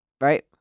right